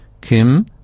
Kim